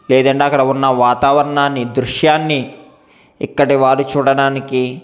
లేదంటే అక్కడ ఉన్న వాతావరణాన్ని దృశ్యాన్ని ఇక్కడి వారు చూడటానికి